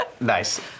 Nice